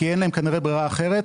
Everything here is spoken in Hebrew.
כי אין להם כנראה ברירה אחרת,